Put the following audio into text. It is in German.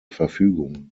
verfügung